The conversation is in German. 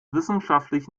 wissenschaftlich